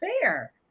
fair